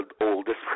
oldest